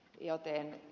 kysyisinkin